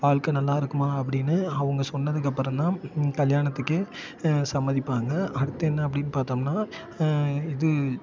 வாழ்க்க நல்லா இருக்குமா அப்படின்னு அவங்க சொன்னதுக்கு அப்புறம் தான் கல்யாணத்துக்கே சம்மதிப்பாங்க அடுத்து என்ன அப்படின்னு பார்த்தோம்னா இது